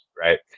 right